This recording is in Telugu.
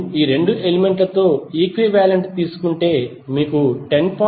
మీరు ఈ 2 ఎలిమెంట్ లతో ఈక్వివాలెంట్ తీసుకుంటే మీకు 10